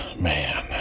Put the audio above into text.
man